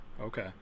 okay